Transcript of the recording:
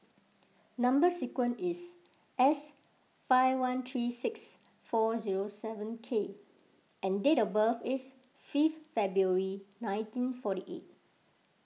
Number Sequence is S five one three six four zero seven K and date of birth is fifth February nineteen forty eight